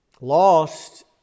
lost